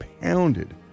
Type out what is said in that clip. pounded